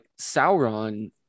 Sauron